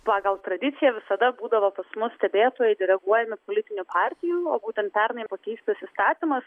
pagal tradiciją visada būdavo pas mus stebėtojai deleguojami politinių partijų o būtent pernai pakeistas įstatymas